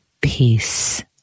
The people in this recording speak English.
Peace